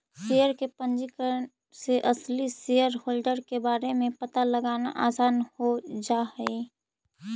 share के पंजीकरण से असली शेयरहोल्डर के बारे में पता लगाना आसान हो जा हई